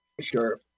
Sure